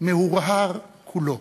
מהורהר כולו.